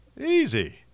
Easy